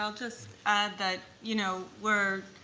um just add that you know we're